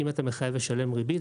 אם אתה מחייב לשלם ריבית,